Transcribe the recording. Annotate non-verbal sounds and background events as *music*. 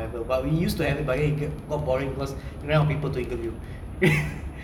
ever but we used to have it but it got boring because we ran out of people to interview *laughs*